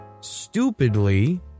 stupidly